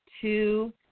two